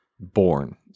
born